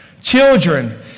children